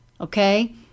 okay